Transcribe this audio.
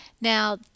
now